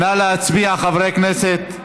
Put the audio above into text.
נא להצביע, חברי הכנסת.